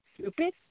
stupid